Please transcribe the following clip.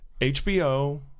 hbo